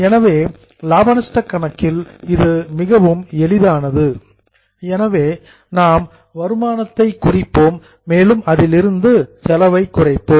எனவே பி மற்றும் எல் கணக்கில் இது மிகவும் எளிதானது நாம் வருமானத்தை குறிப்பிடுவோம் மேலும் அதிலிருந்து செலவை குறைப்போம்